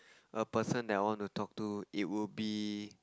a person that I want to talk to it would be